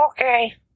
Okay